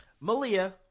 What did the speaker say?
Malia